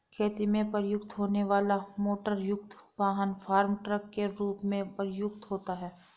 खेती में प्रयुक्त होने वाला मोटरयुक्त वाहन फार्म ट्रक के रूप में प्रयुक्त होता है